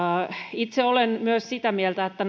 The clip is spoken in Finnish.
itse olen myös sitä mieltä että